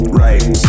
right